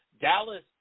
Dallas